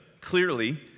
clearly